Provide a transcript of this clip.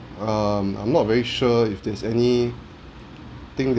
um I'm not very sure if there's anything